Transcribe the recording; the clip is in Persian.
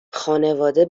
خانواده